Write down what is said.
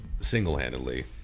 single-handedly